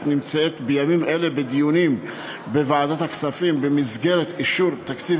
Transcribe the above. נמצאת בימים אלה בדיונים בוועדת הכספים במסגרת אישור תקציב